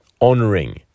honoring